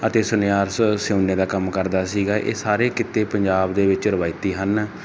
ਅਤੇ ਸੁਨਿਆਰ ਸਿਉਨੇ ਦਾ ਕੰਮ ਕਰਦਾ ਸੀਗਾ ਇਹ ਸਾਰੇ ਕਿੱਤੇ ਪੰਜਾਬ ਦੇ ਵਿੱਚ ਰਿਵਾਇਤੀ ਹਨ